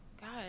God